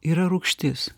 yra rūgštis